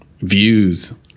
views